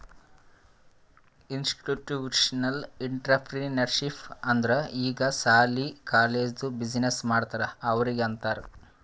institutional entrepreneurship ಅಂದುರ್ ಈಗ ಸಾಲಿ, ಕಾಲೇಜ್ದು ಬಿಸಿನ್ನೆಸ್ ಮಾಡ್ತಾರ ಅವ್ರಿಗ ಅಂತಾರ್